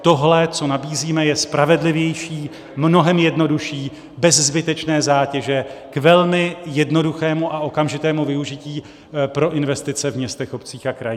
Tohle, co nabízíme, je spravedlivější, mnohem jednodušší, bez zbytečné zátěže, k velmi jednoduchému a okamžitému využití pro investice v městech, obcích a krajích.